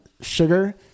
sugar